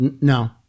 No